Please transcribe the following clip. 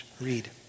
read